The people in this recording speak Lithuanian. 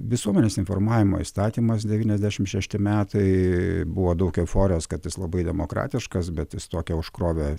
visuomenės informavimo įstatymas devyniasdešimt šešti metai buvo daug euforijos kad jis labai demokratiškas bet tokią užkrovė